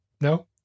No